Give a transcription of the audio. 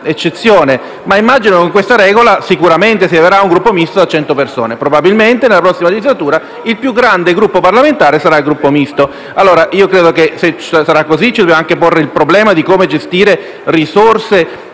ma immagino che con questa regola sicuramente si avrà un Gruppo Misto da 100 persone e probabilmente nella prossima legislatura il più grande Gruppo parlamentare sarà proprio il gruppo Misto. Credo che, se sarà così, dovremo anche porci il problema di come gestire risorse